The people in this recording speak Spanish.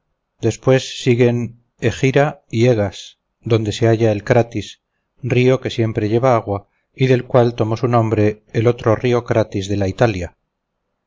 después siguen egira y egas donde se halla el cratis río que siempre lleva agua y del cual tomó su nombre el otro río cratis de la italia